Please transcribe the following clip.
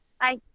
Bye